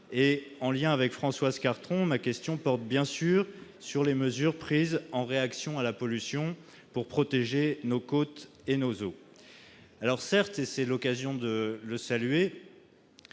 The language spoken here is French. En lien avec Françoise Cartron, ma question porte, bien sûr, sur les mesures prises en réaction à la pollution pour protéger nos côtes et nos eaux. Certes- c'est l'occasion de le saluer